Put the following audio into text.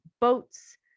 boats